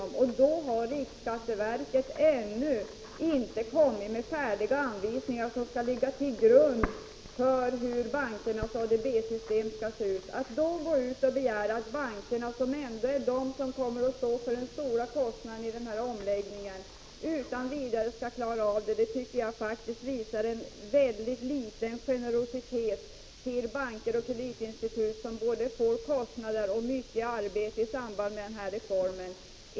Men riksskatteverket har då ännu inte tagit fram de anvisningar som skall ligga till grund för hur bankernas ADB-system skall se ut. Det är bankerna som ändå får ta den stora kostnaden av denna omläggning. Att begära att de utan vidare skall klara av detta tycker jag faktiskt visar mycket liten generositet mot banker och kreditinstitut, som båda får mycket arbete med denna reform.